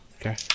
Okay